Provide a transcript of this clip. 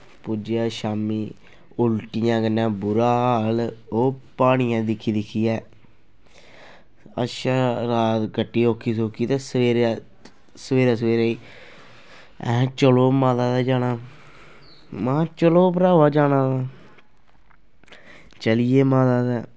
पुज्जेआ शाम्मीं उल्टियें कन्नै बुरा हाल ओह् प्हाड़ियां दिक्खी दिक्खियै अच्छा रात कट्टी औक्खी सौक्खी ते सवेरे सवेरे सवेरे ई अहें चलो माता दे जाना महां चलो भ्रावा जाना चली गे माता दे